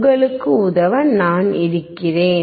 உங்களுக்கு உதவ நான் இருக்கிறேன்